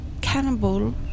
cannibal